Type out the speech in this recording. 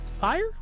fire